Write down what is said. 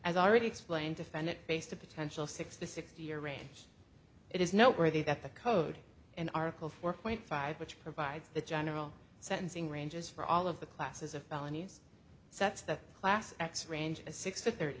as already explained defendant faced a potential sixty six year range it is noteworthy that the code in article four point five which provides the general sentencing ranges for all of the classes of felonies sets the class x range as six to thirty